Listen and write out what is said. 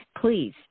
Please